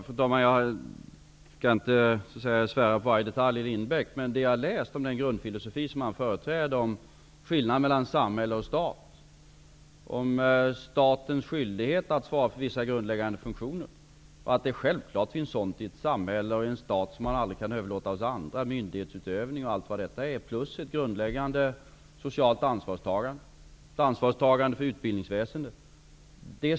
Fru talman! Jag skall inte svära på varje detalj i Lindbeckkommissionens rapport. Det jag läst om den grundfilosofi Lindbeck företräder är sådant som vi tycker är viktigt. Det gäller skillnaderna mellan samhälle och stat, och statens skyldighet att svara för vissa grundläggande funktioner. Det finns självklart sådant i ett samhälle och i en stat som man aldrig kan överlåta åt andra, t.ex. myndighetsutövning, ett grundläggande socialt ansvarstagande och ett ansvarstagande för t.ex.